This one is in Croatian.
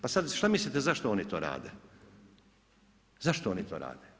Pa sada šta mislite zašto oni to rade?